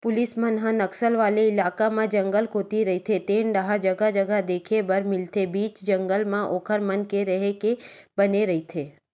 police मन ह नक्सल वाले इलाका म जंगल कोती रहिते तेन डाहर जगा जगा देखे बर मिलथे बीच जंगल म ओखर मन के रेहे के बने रहिथे